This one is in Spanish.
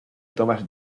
thomas